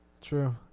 True